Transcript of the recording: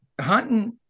Hunting